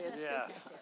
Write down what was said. Yes